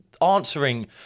answering